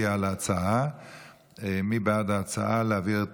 סליחה שגם היום אני לא יכול לעמוד כאן ולהגיד